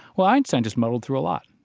well, einstein just muddled through a lot.